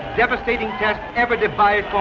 devastating test ever devised for